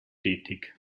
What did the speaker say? tätig